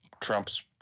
Trump's